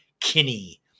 Kinney